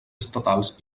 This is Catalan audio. estatals